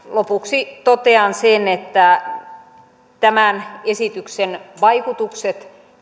lopuksi totean sen että tämän esityksen vaikutukset